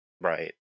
right